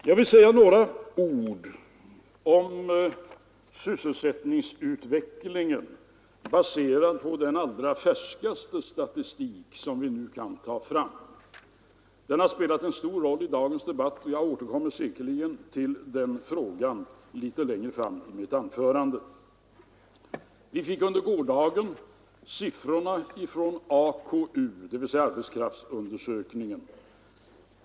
Jag vill säga några ord om sysselsättningsutvecklingen baserad på den allra färskaste statistik vi nu kan ta fram. Den har spelat en stor roll i dagens debatt och jag återkommer säkerligen till den frågan litet längre fram i mitt anförande. Vi fick under gårdagen siffrorna från AKU, dvs. arbetskraftsundersökningen.